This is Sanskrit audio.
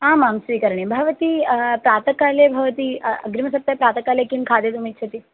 आम् आं स्वीकरणीयं भवती प्रातःकाले भवती अग्रिमसप्ताहे प्रातःकाले किं खादितुमिच्छति